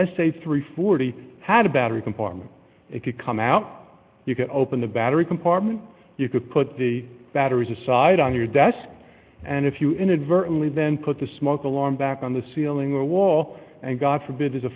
and forty had a battery compartment if you come out you could open the battery compartment you could put the batteries aside on your desk and if you inadvertantly then put the smoke alarm back on the ceiling or wall and god forbid is a